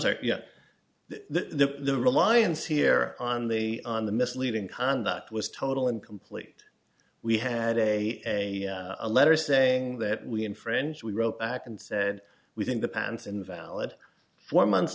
sorry yeah the reliance here on the on the misleading conduct was total and complete we had a letter saying that we in french we wrote back and said we think the pants invalid one months